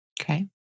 Okay